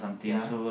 ya